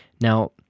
Now